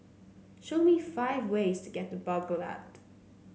show me five ways to get to Baghdad